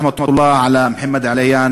להלן תרגומם: רחמי האל על מוחמד עליאן.